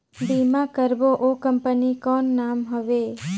बीमा करबो ओ कंपनी के कौन नाम हवे?